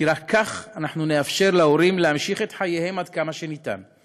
כי רק כך אנחנו נאפשר להורים להמשיך את חייהם עד כמה שניתן.